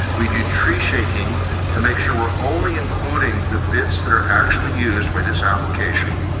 we do tree shaking to make sure we're only including the bits that are actually used by this application.